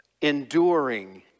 enduring